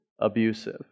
abusive